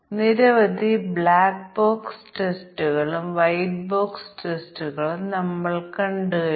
അതിനാൽ തുല്യതാ ക്ലാസുകളുടെ അതിർത്തിയിൽ ഞങ്ങൾ നമ്പറുകൾ തിരഞ്ഞെടുക്കേണ്ടതുണ്ട്